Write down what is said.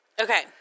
Okay